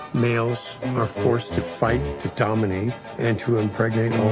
males and are forced to fight to dominate and to impregnate